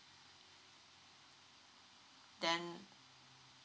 then